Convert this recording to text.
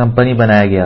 company बनाया गया